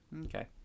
Okay